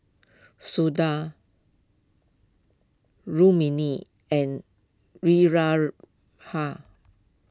Sundar Rukmini and